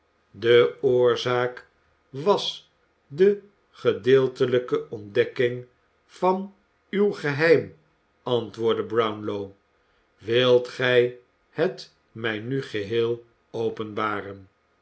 de oorzaak was de gedeeltelijke ontdekking van uw geheim antwoordde brownlow wilt gij het mij nu geheel openbaren